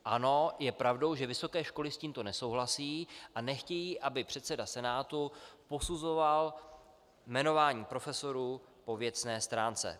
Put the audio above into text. Ano, je pravdou, že vysoké školy s tímto nesouhlasí a nechtějí, aby předseda Senátu posuzoval jmenování profesorů po věcné stránce.